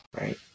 right